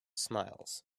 smiles